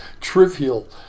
trivial